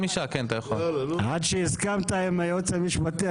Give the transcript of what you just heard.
הרשימה הערבית המאוחדת): עד שהסכמת עם הייעוץ המשפטי,